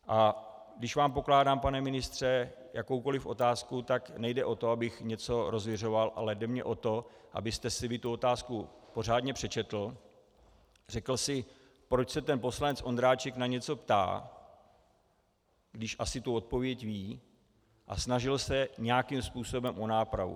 A když vám pokládám, pane ministře, jakoukoli otázku, tak nejde o to, abych něco rozviřoval, ale jde mi o to, abyste si vy tu otázku pořádně přečetl, řekl si, proč se ten poslanec Ondráček na něco ptá, když asi tu odpověď ví, a snažil se nějakým způsobem o nápravu.